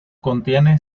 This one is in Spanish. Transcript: contiene